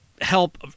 help